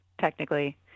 technically